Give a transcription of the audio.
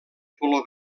color